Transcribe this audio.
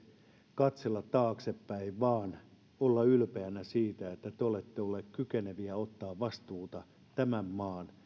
katsella taaksepäin vaan olla ylpeänä siitä että te olette olleet kykeneviä ottamaan vastuuta tämän maan